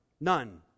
None